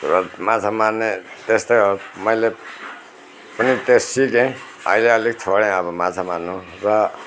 र माछा मार्ने त्यस्तै हो मैले पनि त्यो सिकेँ अहिले अलिक छोडेँ अब माछा मार्नु र